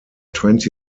twenty